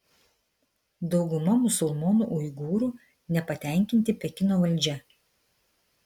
dauguma musulmonų uigūrų nepatenkinti pekino valdžia